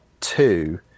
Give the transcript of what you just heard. two